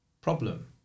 problem